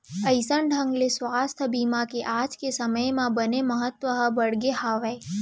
अइसन ढंग ले सुवास्थ बीमा के आज के समे म बने महत्ता ह बढ़गे हावय